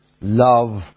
love